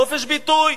חופש ביטוי.